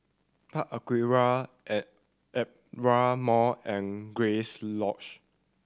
Park Aquaria Aperia Mall and Grace Lodge